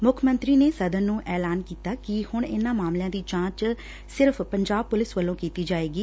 ਮੁੱਖ ਮੰਤਰੀ ਨੇ ਸਦਨ ਚ ਐਲਾਨ ਕੀਤਾ ਕਿ ਹੁਣ ਇਨ੍ਹਾਂ ਮਾਮਲਿਆਂ ਦੀ ਜਾਂਚ ਸਿਰਫ ਪੰਜਾਬ ਪੁਲਿਸ ਵੱਲੋਂ ਕੀਤੀ ਜਾਏਗੀ